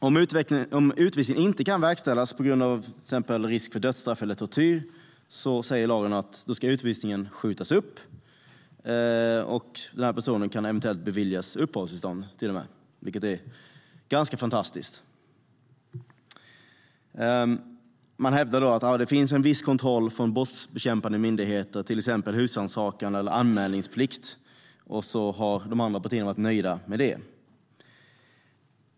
Om utvisningen inte kan verkställas på grund av till exempel risk för dödsstraff eller tortyr säger lagen att utvisningen ska skjutas upp. Personen kan eventuellt till och med beviljas uppehållstillstånd, vilket är ganska fantastiskt. Man hävdar att det finns en viss kontroll från brottsbekämpande myndigheter, till exempel husrannsakan eller anmälningsplikt, och de andra partierna har varit nöjda med det.